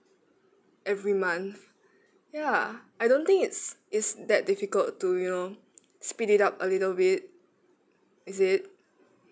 every month ya I don't think it's it's that difficult to you know speed it up a little bit is it